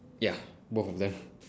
ya both of them